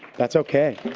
that's okay.